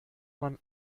man